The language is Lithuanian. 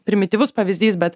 primityvus pavyzdys bet